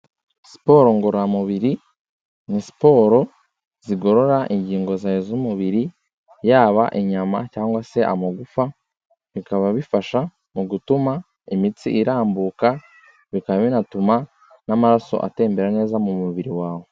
Siporo ngororamubiri ni siporo zigorora ingingo zawe z'umubiri yaba inyama cyangwa se amagufa, bikaba bifasha mu gutuma imitsi irambuka, bikaba binatuma n'amaraso atembera neza mu mubiri wawe.